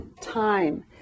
time